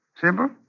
Simple